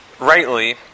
Rightly